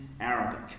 Arabic